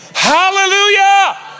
Hallelujah